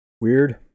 weird